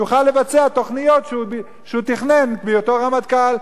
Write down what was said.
יוכל לבצע תוכניות שהוא תכנן בהיותו רמטכ"ל.